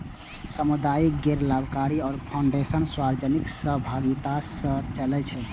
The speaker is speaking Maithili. सामुदायिक गैर लाभकारी फाउंडेशन सार्वजनिक सहभागिता सं चलै छै